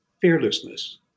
Fearlessness